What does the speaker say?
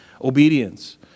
Obedience